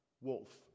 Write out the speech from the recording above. wolf